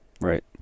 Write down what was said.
Right